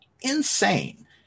insane